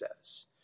says